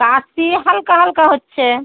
কাশি হালকা হালকা হচ্ছে